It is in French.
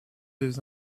des